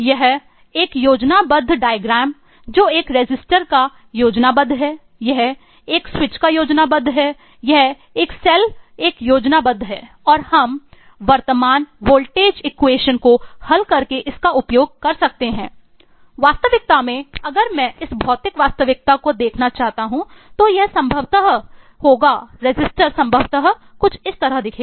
यह है एक योजनाबद्ध आरेख जो एक रेजिस्टर संभवतः कुछ इस तरह दिखेगा